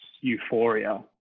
euphoria